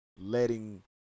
letting